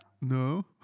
No